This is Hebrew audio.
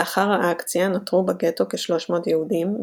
לאחר האקציה נותרו בגטו כ-300 יהודים,